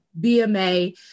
BMA